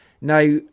Now